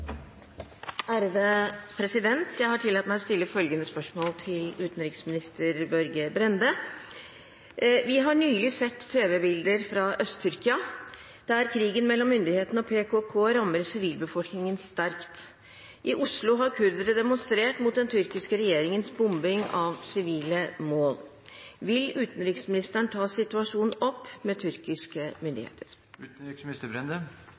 har nylig sett tv-bilder fra Øst-Tyrkia, der krigen mellom myndighetene og PKK rammer sivilbefolkningen sterkt. I Oslo har kurdere demonstrert mot den tyrkiske regjeringens bombing av sivile mål. Vil utenriksministeren ta situasjonen opp med tyrkiske